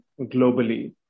globally